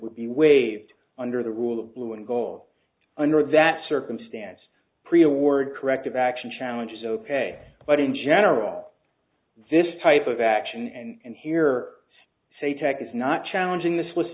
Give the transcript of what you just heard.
would be waived under the rule of blue and gold under that circumstance pre award corrective action challenge is ok but in general this type of action and here say tech is not challenging this